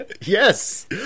Yes